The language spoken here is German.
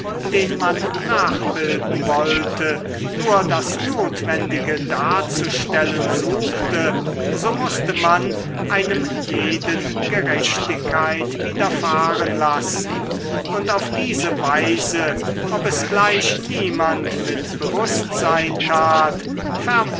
den man nachbilden wollte nur das notwendige darzustellen suchte so mußte man einem jeden gerechtigkeit widerfahren lassen und auf diese weise ob es gleich niemand mit bewußtsein tat